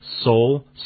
Soul